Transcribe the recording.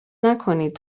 نکنید